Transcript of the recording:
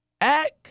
act